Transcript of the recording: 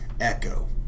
echo